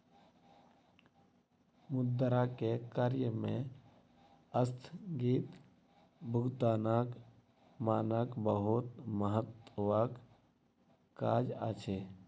मुद्रा के कार्य में अस्थगित भुगतानक मानक बहुत महत्वक काज अछि